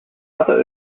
other